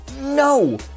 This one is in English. No